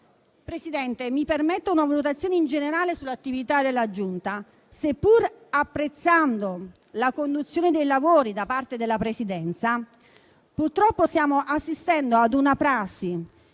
Presidente, mi permetta una valutazione in generale sull'attività della Giunta, perché, seppur apprezzando la conduzione dei lavori da parte della Presidenza, purtroppo stiamo assistendo ad una prassi